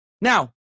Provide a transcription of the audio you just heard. Now